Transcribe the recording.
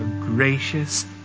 gracious